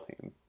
Team